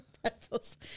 pretzels